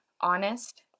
honest